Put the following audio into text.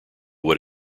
what